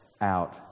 out